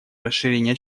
расширения